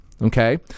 okay